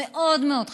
זה מאוד מאוד חשוב.